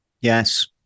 yes